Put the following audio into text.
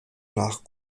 nach